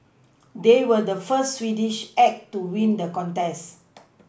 they were the first Swedish act to win the contest